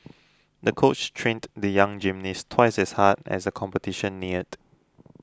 the coach trained the young gymnast twice as hard as the competition neared